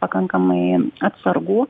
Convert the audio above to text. pakankamai atsargų